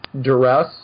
duress